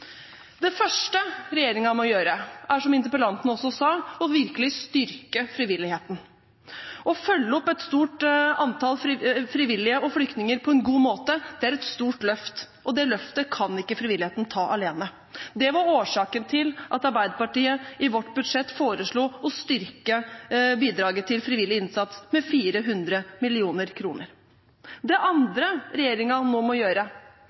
Det første regjeringen må gjøre, er – som interpellanten også sa – virkelig å styrke frivilligheten. Å følge opp et stort antall frivillige og flyktninger på en god måte er et stort løft, og det løftet kan ikke frivilligheten ta alene. Det var årsaken til at Arbeiderpartiet i vårt budsjett foreslo å styrke bidraget til frivillig innsats med 400 mill. kr. Det andre regjeringen nå må gjøre,